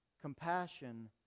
compassion